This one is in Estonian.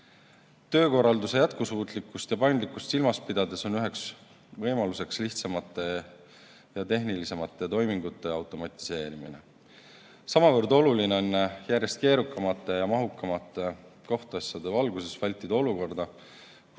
e-riike. Töökorralduse jätkusuutlikkust ja paindlikkust silmas pidades on üheks võimaluseks lihtsamate ja tehnilisemate toimingute automatiseerimine. Samavõrd oluline on järjest keerukamate ja mahukamate kohtuasjade valguses vältida olukorda, kus